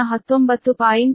291 ಕೋನ 19